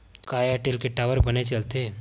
का एयरटेल के टावर बने चलथे?